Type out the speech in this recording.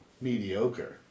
mediocre